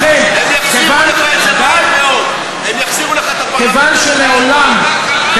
לכן, הם יחזירו לך את זה מהר מאוד.